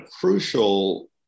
crucial